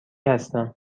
هستم